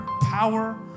power